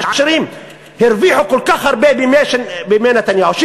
העשירים הרוויחו כל כך הרבה בימי נתניהו,